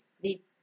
sleep